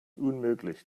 unmöglich